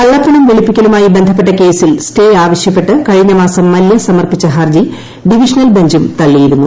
കള്ളപ്പണം വെളുപ്പിക്കലുമായി ബന്ധപ്പെട്ട കേസിൽ സ്റ്റേ ആവശ്യപ്പെട്ട് കഴിഞ്ഞ മാസം മല്യ സമർപ്പിച്ച ഹർജി ഡിവിഷണൽ ബഞ്ചും തള്ളിയിരുന്നു